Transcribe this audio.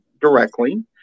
directly